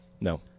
No